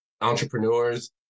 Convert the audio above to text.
entrepreneurs